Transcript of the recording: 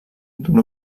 d’un